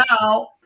Now